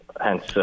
hence